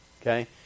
Okay